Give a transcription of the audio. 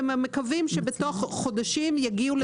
הם מקווים שבתוך חודשים יגיעו לטכנולוגיה.